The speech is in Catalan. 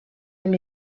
amb